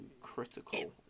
critical